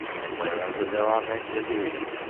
and wherever there are men to hear you,